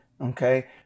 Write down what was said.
Okay